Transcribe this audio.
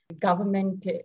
government